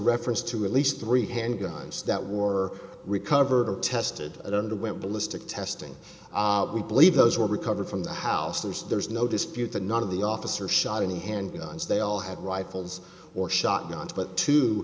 reference to at least three handguns that war recovered are tested at underwent ballistic testing we believe those were recovered from the houses there's no dispute that none of the officers shot any handguns they all had rifles or shotguns but t